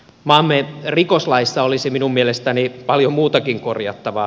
maamme rikoslaissa olisi minun mielestäni paljon muutakin korjattavaa